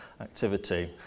activity